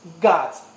Gods